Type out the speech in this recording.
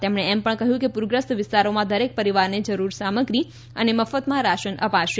તેમણે એમ પણ કહ્યું કે પૂરગ્રસ્ત વિસ્તારોમાં દરેક પરિવારને જરૂરી સામગ્રી અને મફતમાં રાશન અપાશે